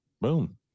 boom